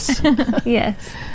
Yes